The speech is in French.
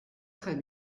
très